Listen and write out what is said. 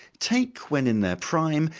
take when in their prime,